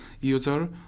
user